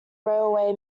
railway